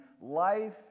life